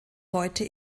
heute